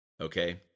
okay